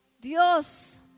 Dios